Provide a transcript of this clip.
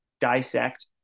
dissect